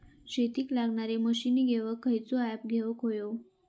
शेतीक लागणारे मशीनी घेवक खयचो ऍप घेवक होयो?